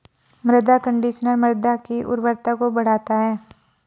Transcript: मृदा कंडीशनर मृदा की उर्वरता को बढ़ाता है